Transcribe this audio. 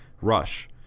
Rush